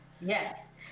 Yes